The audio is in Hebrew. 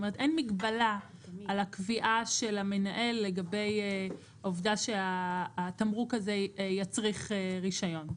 אין מגלבה על הקביעה של המנהל לגבי העובדה שהתמרוק הזה יצריך רישיון.